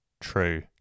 true